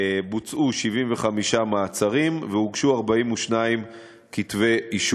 בוצעו 75 מעצרים והוגשו 42 כתבי-אישום.